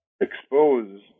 expose